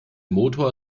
motor